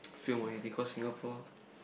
film or anything cause Singapore